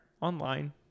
online